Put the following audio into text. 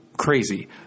crazy